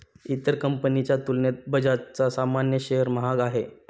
इतर कंपनीच्या तुलनेत बजाजचा सामान्य शेअर महाग आहे